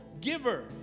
giver